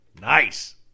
Nice